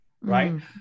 Right